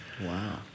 Wow